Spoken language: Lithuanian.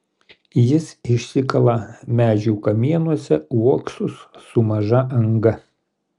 jis išsikala medžių kamienuose uoksus su maža anga